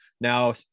Now